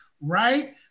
right